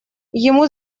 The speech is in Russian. ему